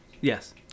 Yes